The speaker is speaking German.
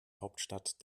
hauptstadt